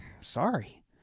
sorry